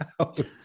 out